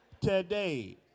today